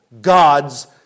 God's